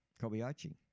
Kobayashi